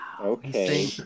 okay